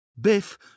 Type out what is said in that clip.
Biff